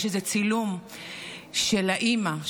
יש איזה צילום של האימא,